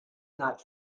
not